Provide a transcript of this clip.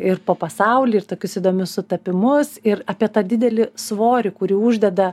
ir po pasaulį ir tokius įdomius sutapimus ir apie tą didelį svorį kurį uždeda